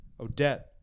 Odette